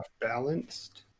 balanced